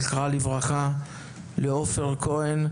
זכרה לברכה; לעופר כהן,